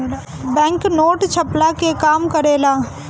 bank note छ्पला के काम करेला